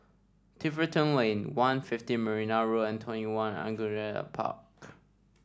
Tiverton Lane One fifteen Marina Road and TwentyOne Angullia Park